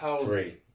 Three